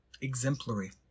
exemplary